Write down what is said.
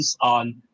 on